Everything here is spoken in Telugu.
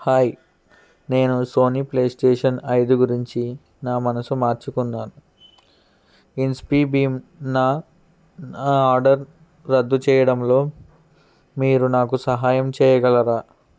హాయ్ నేను సోనీ ప్లే స్టేషన్ ఐదు గురించి నా మనసు మార్చుకున్నాను ఇన్ఫిబీమ్ నా నా ఆర్డర్ రద్దు చేయడంలో మీరు నాకు సహాయం చేయగలరా